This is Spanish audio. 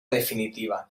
definitiva